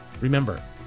Remember